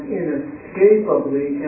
inescapably